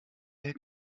der